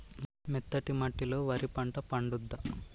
మెత్తటి మట్టిలో వరి పంట పండుద్దా?